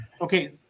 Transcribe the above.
Okay